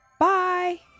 Bye